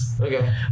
Okay